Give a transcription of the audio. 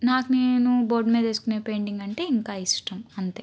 నాకు నేను బోర్డు మీద వేసుకునే పెయింటింగ్ అంటే ఇంకా ఇష్టం అంతే